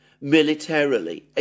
militarily